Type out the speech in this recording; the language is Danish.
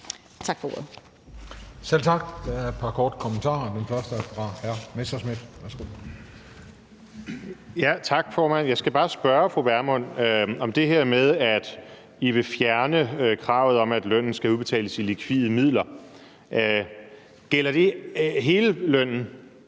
fru Pernille Vermund om det her med, at I vil fjerne kravet om, at lønnen skal udbetales i likvide midler. Gælder det hele lønnen?